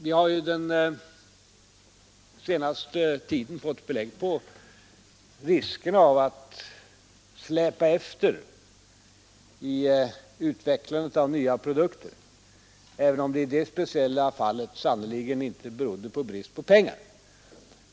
Vi har ju under den senaste tiden fått belägg för att det är riskabelt att släpa efter i utvecklingen av nya produkter, även om det i det fallet inte berodde på brist på pengar.